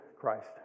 Christ